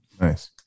Nice